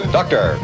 Doctor